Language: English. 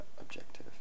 objective